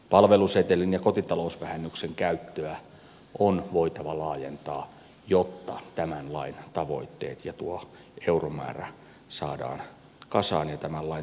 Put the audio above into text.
palvelusetelin ja kotitalousvähennyksen käyttöä on voitava laajentaa jotta tuo euromäärä saadaan kasaan ja tämän lain tavoitteet toteutettua